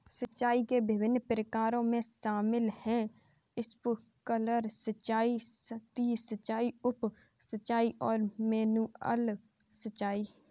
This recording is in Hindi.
सिंचाई के विभिन्न प्रकारों में शामिल है स्प्रिंकलर सिंचाई, सतही सिंचाई, उप सिंचाई और मैनुअल सिंचाई